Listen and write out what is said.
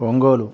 Ongole